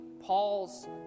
Paul's